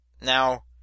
now